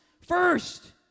first